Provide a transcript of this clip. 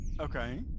Okay